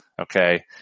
Okay